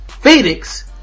Phoenix